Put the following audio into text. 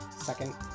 Second